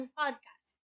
podcast